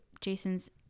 Jason's